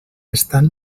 estan